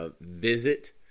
visit